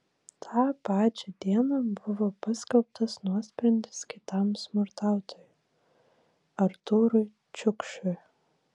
tą pačią dieną buvo paskelbtas nuosprendis kitam smurtautojui artūrui čiukšiui